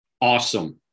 awesome